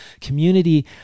community